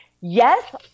yes